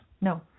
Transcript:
No